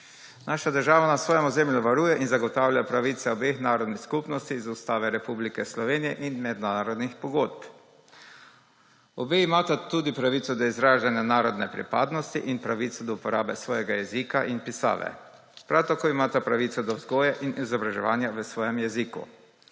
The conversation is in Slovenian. Naša država na svojem ozemlju varuje in zagotavlja pravice obeh narodnih skupnosti iz Ustave Republike Slovenije in mednarodnih pogodb. Obe imata tudi pravico do izražanja narodne pripadnosti in pravico do uporabe svojega jezika in pisave. Prav tako imata pravico do vzgoje in izobraževanja v svojem jeziku.